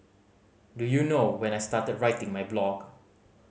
do you know when I started writing my blog